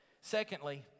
Secondly